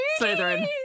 Slytherin